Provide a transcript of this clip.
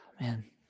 man